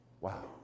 Wow